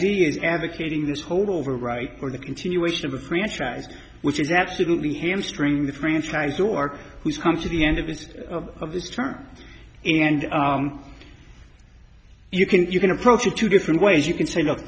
is advocating this hold over right for the continuation of the franchise which is absolutely hamstring the franchise or who's come to the end of this of these terms and you can you can approach you two different ways you can say look